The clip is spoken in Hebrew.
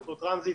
באותו טרנזיט,